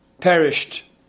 perished